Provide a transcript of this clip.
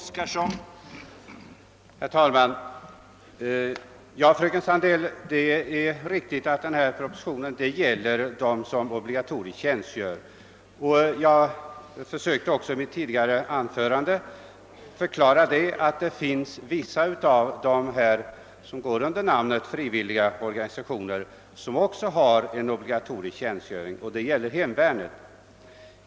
Herr talman! Det är riktigt, fröken Sandell, att propositionen gäller dem som obligatoriskt tjänstgör. Jag försökte också i mitt tidigare anförande förklara att vissa av de organisationer som går under namnet frivilliga organisationer också har en obligatorisk tjänstgöring. Det gäller hemvärnet.